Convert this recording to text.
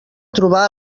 trobar